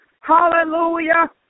hallelujah